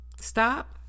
Stop